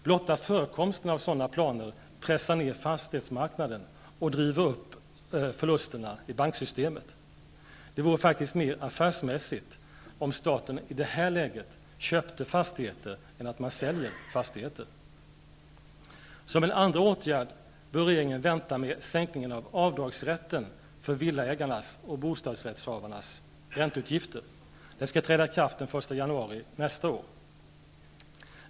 Blotta förekomsten av sådana planer pressar ned fastighetsmarknaden och driver upp förlusterna i banksystemet. Det vore faktiskt mer affärsmässigt om staten i det här läget köpte fastigheter än sålde fastigheter. Som en andra åtgärd bör regeringen vänta med sänkningen av avdragsrätten för villaägarnas och bostadsrättshavarnas ränteutgifter. Denna sänkning skall träda i kraft den första januari nästa år.